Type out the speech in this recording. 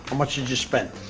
much did you spend?